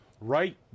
right